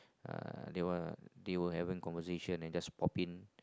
uh they will they will have a conversation then just pop in